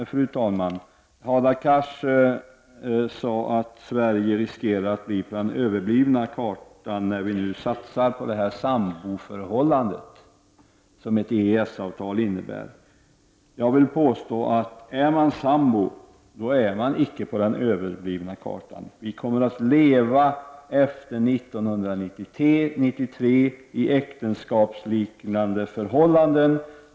Hadar Cars sade att Sverige riskerar att hamna på den överblivna kartan när vi nu satsar på det samboförhållande som ett EES-avtal innebär. Jag vill påstå att man om man är sambo icke befinner sig på den överblivna kartan. Vi kommer efter 1993 att leva i ett äktenskapsliknande förhållande.